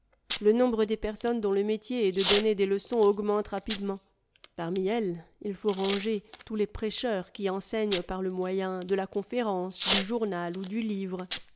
le nombre des personnes dont le métier est de donner des leçons augmente rapidement parmi elles il faut ranger tous les prêcheurs qui enseignent par le moyen de la conférence du journal ou du livre